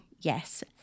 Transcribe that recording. yes